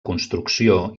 construcció